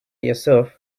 yourself